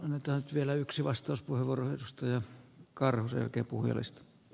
mutta siellä yksi vastaus murrosta ja carusel kipu pahassa